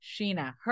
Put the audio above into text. Sheena